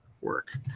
work